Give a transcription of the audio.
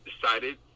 decided